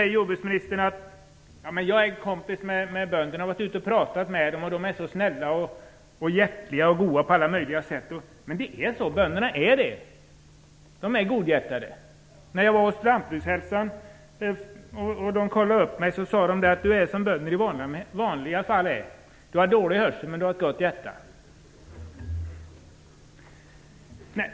Jordbruksministern säger att hon är kompis med bönderna, att hon har varit ute och pratat med dem och att de är så snälla och hjärtliga. Så är det. Bönderna är godhjärtade. När jag var på hälsokontroll hos Lantbrukarnas Hälsovårdscentral sade man att jag var som bönder i vanliga fall är: Jag hade dålig hörsel men ett gott hjärta.